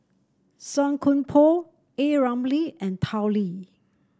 Song Koon Poh A Ramli and Tao Li